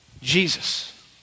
Jesus